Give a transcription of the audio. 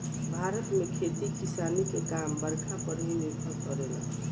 भारत में खेती किसानी के काम बरखा पर ही निर्भर करेला